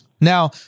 Now